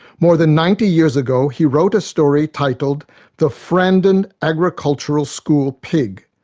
more than ninety years ago he wrote a story titled the frandon agricultural school pig,